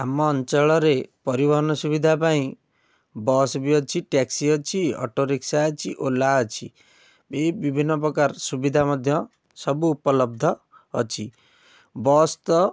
ଆମ ଅଞ୍ଚଳରେ ପରିବହନ ସୁବିଧା ପାଇଁ ବସ୍ ବି ଅଛି ଟ୍ୟାକ୍ସି ଅଟୋ ରିକ୍ସା ଅଛି ଓଲା ଅଛି ବି ବିଭିନ୍ନ ପ୍ରକାର ସୁବିଧା ମଧ୍ୟ ସବୁ ଉପଲବ୍ଧ ଅଛି ବସ୍ ତ